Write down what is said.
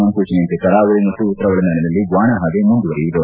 ಮುನ್ಲೂಚನೆಯಂತೆ ಕರಾವಳಿ ಮತ್ತು ಉತ್ತರ ಒಳನಾಡಿನಲ್ಲಿ ಒಣಹವೆ ಮುಂದುವರೆಯುವುದು